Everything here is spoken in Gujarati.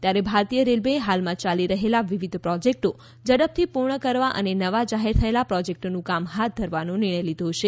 ત્યારે ભારતીય રેલવેએ હાલમાં ચાલી રહેલા વિવિધ પ્રોજેક્ટો ઝડપથી પૂર્ણ કરવા અને નવા જાહેર થયેલા પ્રોજેક્ટોનું કામ હાથ ધરવાનો નિર્ણય લીધો છે